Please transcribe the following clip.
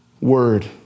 word